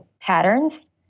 patterns